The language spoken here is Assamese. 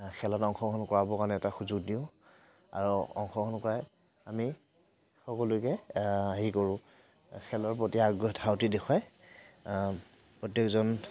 খেলত অংশগ্ৰহণ কৰাবৰ কাৰণে এটা সুযোগ দিওঁ আৰু অংশগ্ৰহণ কৰাই আমি সকলোকে হেৰি কৰোঁ খেলৰ প্ৰতি আগ্ৰহ ধাউতি দেখুৱাই প্ৰত্যেকজন